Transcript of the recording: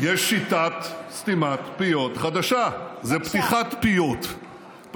יש שיטת סתימת פיות חדשה, זו פתיחת פיות.